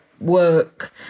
work